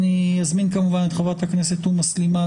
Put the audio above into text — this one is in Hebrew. אזמין את חברת הכנסת תומא סלימאן,